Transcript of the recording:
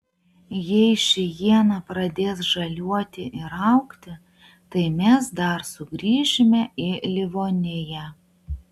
jei ši iena pradės žaliuoti ir augti tai mes dar sugrįšime į livoniją